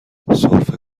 سرفه